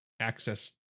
access